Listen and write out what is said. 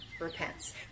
repents